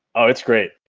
oh, it's great,